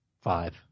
Five